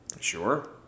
Sure